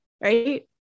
Right